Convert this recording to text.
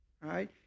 right